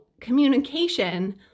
communication